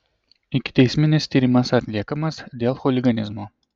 ikiteisminis tyrimas atliekamas dėl chuliganizmo